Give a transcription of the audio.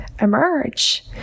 emerge